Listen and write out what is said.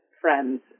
friends